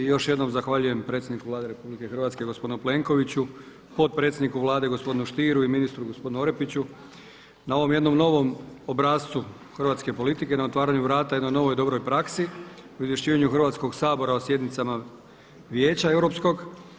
I još jednom zahvaljujem predsjedniku Vlade RH gospodinu Plenkoviću, potpredsjedniku Vladu gospodinu Stieru i ministru gospodinu Orepiću na ovom jednom novom obrascu hrvatske politike, na otvaranju vrata jednoj novoj dobroj praksi u izvješćivanju Hrvatskog sabora o sjednicama Vijeća europskog.